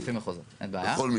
לפי מחוזות, אין בעיה.